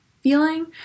feeling